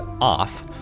off